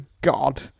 God